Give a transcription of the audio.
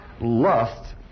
lust